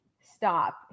stop